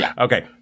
Okay